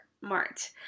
Mart